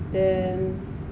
then